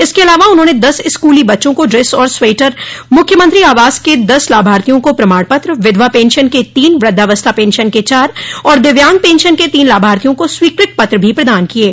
इसके अलावा उन्होंने दस स्कूली बच्चों को ड्रेस और स्वेटर मुख्यमंत्री आवास के दस लाभार्थियों को प्रमाण पत्र विधवा पेंशन के तीन वृद्धवस्था पेंशन के चार और दिव्यांग पेशन के तीन लाभार्थियों को स्वीकृत पत्र भी प्रदान किये